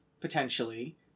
potentially